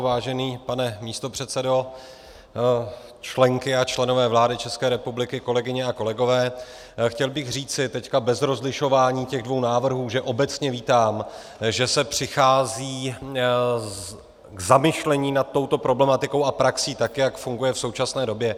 Vážený pane místopředsedo, členky a členové vlády České republiky, kolegyně a kolegové, chtěl bych říci teď bez rozlišování těch dvou návrhů, že obecně vítám, že se přichází k zamyšlení nad touto problematikou a praxí, tak jak funguje v současné době.